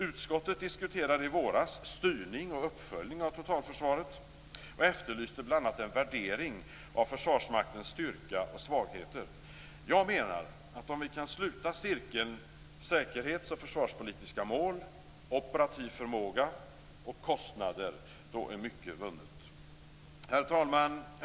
Utskottet diskuterade i våras styrning och uppföljning av totalförsvaret och efterlyste bl.a. en värdering av Försvarsmaktens styrka och svagheter. Jag menar att mycket är vunnet om vi kan sluta cirkeln säkerhets och försvarspolitiska mål - Herr talman!